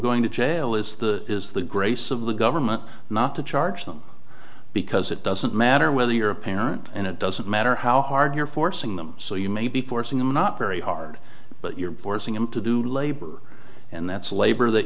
going to jail is the is the grace of the government not to charge them because it doesn't matter whether you're a parent and it doesn't matter how hard you're forcing them so you may be forcing them not very hard but you're forcing them to do labor and that's labor that